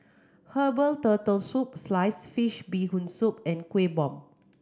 herbal Turtle Soup sliced fish Bee Hoon Soup and Kuih Bom